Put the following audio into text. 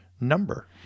number